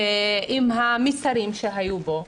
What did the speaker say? ועם המסרים שהיו בו.